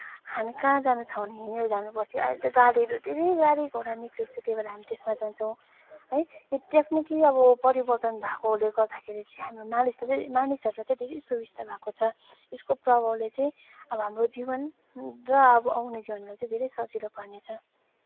हामी कहाँ जानु छ भने हिँडेर जानुपर्थ्यो अहिले त गाडीहरू धेरै गाडीघोडा निक्लेको छ त्यही भएर हामी त्यसमा जान्छौँ है यो तक्निकी अब परिवर्तन भएकोले गर्दाखेरि चाहिँ हाम्रो मानिस मानिसहरूलाई चाहिँ धेरै सुविस्ता भएको छ त्यसको प्रभावले चाहिँ अब हाम्रो जीवन र अब आउने जीवनलाई चाहिँ धेरै सजिलो पार्नेछ